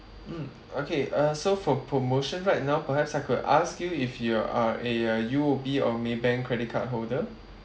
mm okay uh so for promotion right now perhaps I could ask you if you are a uh U_O_B or Maybank credit card holder